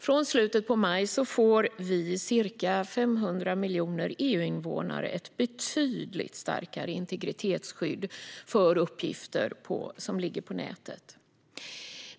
Från slutet av maj får vi ca 500 miljoner EU-invånare ett betydligt starkare integritetsskydd för uppgifter som ligger på nätet.